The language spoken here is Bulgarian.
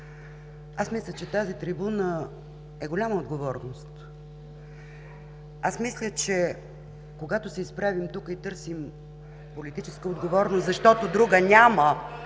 Мисля, че тази трибуна е голяма отговорност. Мисля, че когато се изправим тук и търсим политическа отговорност, защото друга няма,